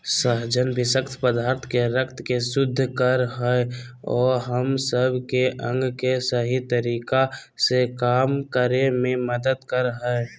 सहजन विशक्त पदार्थ के रक्त के शुद्ध कर हइ अ हम सब के अंग के सही तरीका से काम करे में मदद कर हइ